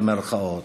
במירכאות,